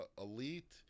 elite